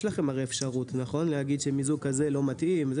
יש לכם הרי אפשרות נכון להגיד שמיזוג כזה לא מתאים?